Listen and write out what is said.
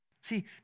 See